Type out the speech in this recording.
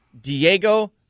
Diego